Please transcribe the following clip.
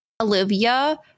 Olivia